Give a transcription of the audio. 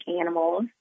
animals